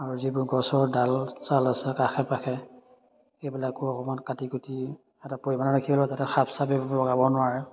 আৰু যিবোৰ গছৰ ডাল চাল আছে আশে পাশে সেইবিলাকো অকণমান কাটি কুটি এটা পৰিমাণৰ ৰাখি লৈ যাতে সাপ চাপে বগাব নোৱাৰে